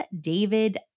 David